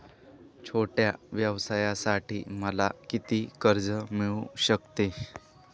छोट्या व्यवसायासाठी मला किती कर्ज मिळू शकते?